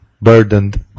burdened